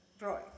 Roy